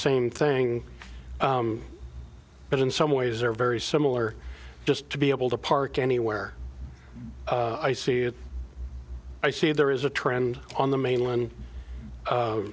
same thing but in some ways are very similar just to be able to park anywhere i see it i see there is a trend on the mainland